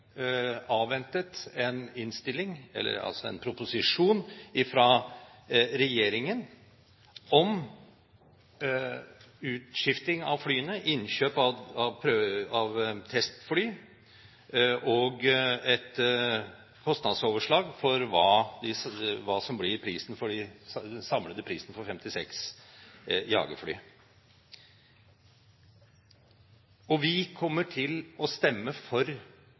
avventet en proposisjon fra regjeringen om utskifting av flyene, innkjøp av testfly og et kostnadsoverslag for hva som blir den samlede prisen for 56 jagerfly. Vi kommer til å stemme for